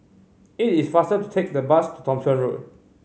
it is faster to take the bus to Thomson Road